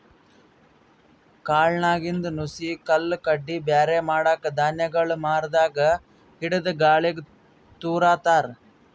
ಕಾಳ್ನಾಗಿಂದ್ ನುಸಿ ಕಲ್ಲ್ ಕಡ್ಡಿ ಬ್ಯಾರೆ ಮಾಡಕ್ಕ್ ಧಾನ್ಯಗೊಳ್ ಮರದಾಗ್ ಹಿಡದು ಗಾಳಿಗ್ ತೂರ ತಾರ್